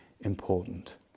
important